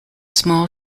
small